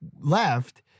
left